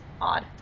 odd